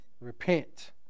repent